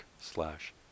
slash